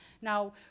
Now